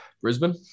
Brisbane